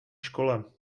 škole